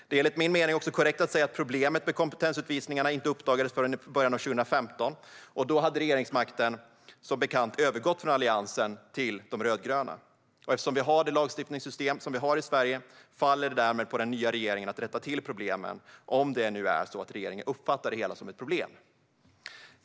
Det är, enligt min mening, också korrekt att säga att problemet med kompetensutvisningarna inte uppdagades förrän i början av 2015, och då hade regeringsmakten som bekant övergått från Alliansen till de rödgröna. Eftersom vi har det lagstiftningssystem vi har i Sverige faller det därmed på den nya regeringen att rätta till problemen, om det nu är så att regeringen uppfattar det hela som ett problem.